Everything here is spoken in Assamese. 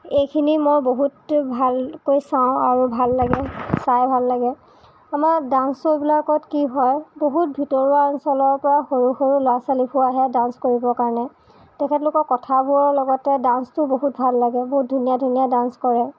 এইখিনি মই বহুত ভালকৈ চাওঁ আৰু ভাল লাগে চাই ভাল লাগে আমাৰ ডান্স শ্ব'বিলাকত কি হয় বহুত ভিতৰুৱা অঞ্চলৰপৰা সৰু সৰু ল'ৰা ছোৱালীবোৰ আহে ডান্স কৰিব কাৰণে তেখেতলোকক কথাবোৰৰ লগতে ডান্সটো বহুত ভাল লাগে বহুত ধুনীয়া ধুনীয়া ডান্স কৰে